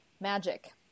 magic